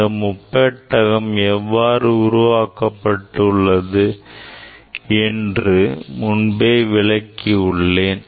இந்த முப்பெட்டகம் எவ்வாறு உருவாக்கப்பட்டுள்ளது என்று நான் முன்பே விளக்கியுள்ளேன்